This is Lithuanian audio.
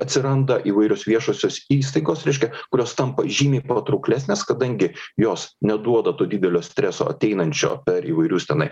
atsiranda įvairios viešosios įstaigos reiškia kurios tampa žymiai patrauklesnės kadangi jos neduoda to didelio streso ateinančio per įvairius tenai